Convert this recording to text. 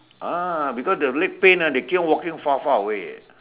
ah because the leg pain they keep on walking far far away eh